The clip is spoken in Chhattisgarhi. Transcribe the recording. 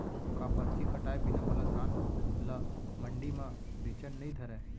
का परची कटाय बिना मोला धान ल मंडी म बेचन नई धरय?